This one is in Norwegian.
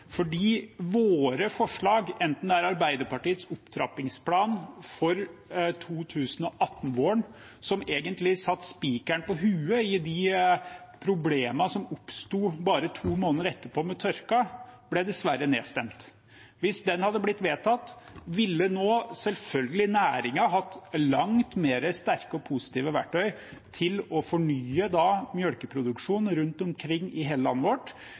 våre forslag – Arbeiderpartiets opptrappingsplan for 2018-våren – satte egentlig spikeren på hodet i de problemene som oppsto bare to måneder etterpå, med tørken, men ble dessverre nedstemt. Hvis den planen hadde blitt vedtatt, ville selvfølgelig næringen nå hatt langt flere og sterkere positive verktøy til å fornye melkeproduksjonen rundt omkring i hele landet vårt.